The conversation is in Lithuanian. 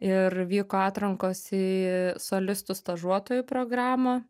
ir vyko atrankos į solistų stažuotojų programą